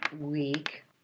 week